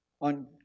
on